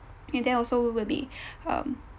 and there also will be um